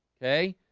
okay,